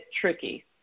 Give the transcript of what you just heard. tricky